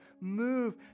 move